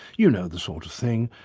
you know the sort of thing,